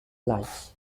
lights